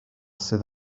sydd